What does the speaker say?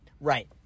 Right